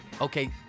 Okay